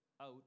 out